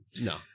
no